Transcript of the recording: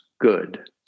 good